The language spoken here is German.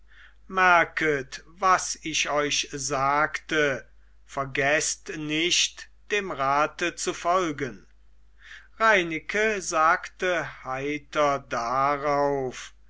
merket was ich euch sagte vergeßt nicht dem rate zu folgen reineke sagte heiter darauf